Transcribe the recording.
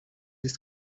است